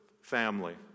family